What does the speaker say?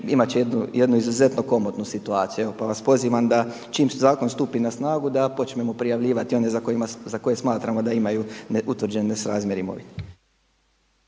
imati će jednu izuzetno komotnu situaciju. Evo pa vas pozivam da čim zakon stupi na snagu da počnemo prijavljivati one za koje smatramo da imaju utvrđeni nesrazmjer